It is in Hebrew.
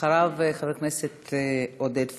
אחריו, חבר הכנסת עודד פורר,